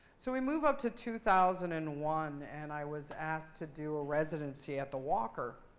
so we move up to two thousand and one, and i was asked to do a residency at the walker.